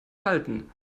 halten